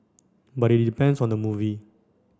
but it depends on the movie